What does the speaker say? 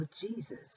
Jesus